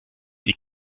die